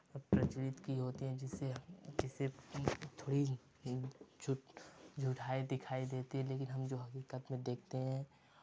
प्रचलित की होती है जिससे जिससे थोड़ी झूठ झूठाई दिखाई देती है लेकिन हम जो हकीकत में देखते हैं